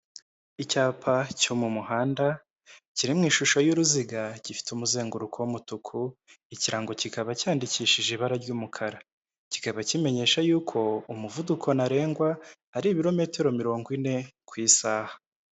Icyapa cyo mu muhanda, kiri mu ishusho y'uruziga, gifite umuzenguruko w'umutuku, ikirango kikaba cyandikishije ibara ry'umukara. Kikaba kimenyesha yuko umuvuduko ntarengwa, ari ibirometero mirongo ine ku isaha.